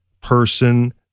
person